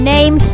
Name